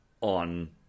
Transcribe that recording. on